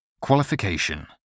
Qualification